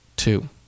Two